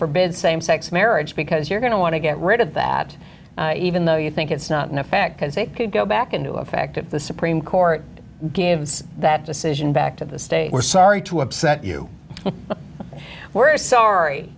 forbids same sex marriage because you're going to want to get rid of that even though you think it's not an effect because they could go back into effect if the supreme court gives that decision back to the state we're sorry to upset you we're sorry